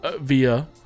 via